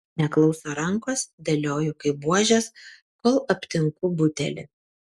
neklauso rankos dėlioju kaip buožes kol aptinku butelį